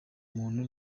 muntu